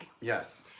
Yes